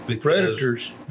Predators